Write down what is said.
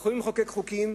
אנחנו יכולים לחוקק חוקים,